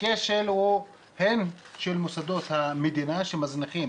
הכשל הוא הן של מוסדות המדינה שמזניחים